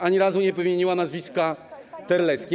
Ani razu nie wymieniła nazwiska: Terlecki.